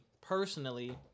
personally